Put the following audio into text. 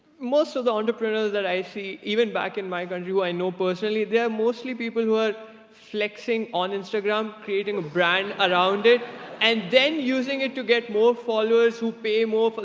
most of the entrepreneurs that i see even back in my country who i know personally, they're mostly people who are flexing on instagram creating a brand around it and then using it to get more followers who pay more. ah